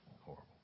horrible